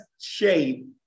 shape